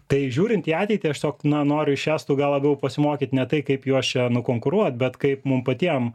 tai žiūrint į ateitį aš tiesiog na noriu iš estų gal labiau pasimokyt ne tai kaip juos čia nukonkuruot bet kaip mum patiem